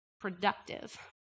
productive